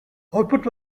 output